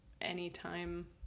anytime